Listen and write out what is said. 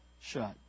shut